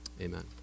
Amen